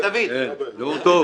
כן, נאום טוב.